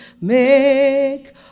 make